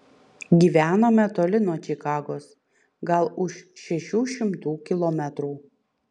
gyvenome toli nuo čikagos gal už šešių šimtų kilometrų